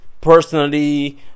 personally